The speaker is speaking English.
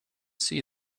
see